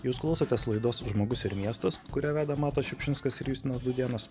jūs klausotės laidos žmogus ir miestas kurią veda matas šiupšinskas ir justinas dūdėnas